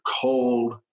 cold